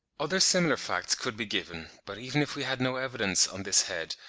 other similar facts could be given but even if we had no evidence on this head,